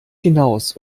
hinaus